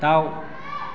दाउ